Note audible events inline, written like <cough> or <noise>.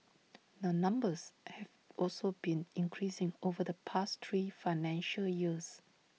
<noise> the numbers have also been increasing over the past three financial years